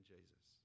Jesus